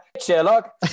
Sherlock